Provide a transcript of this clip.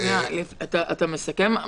אתה מסכם?